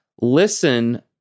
Listen